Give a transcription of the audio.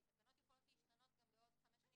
תקנות יכולות להשתנות גם בעוד חמש שנים